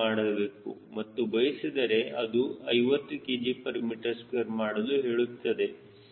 ಮಾಡಬೇಕು ಎಂದು ಬಯಸಿದರೆ ಅದು 50 kgm2 ಮಾಡಲು ಹೇಳುತ್ತದೆ2